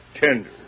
tender